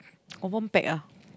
confirm pack ah